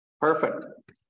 Perfect